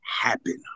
happen